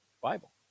Bible